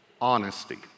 honesty